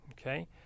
Okay